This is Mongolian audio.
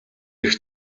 эрх